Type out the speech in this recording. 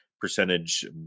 percentage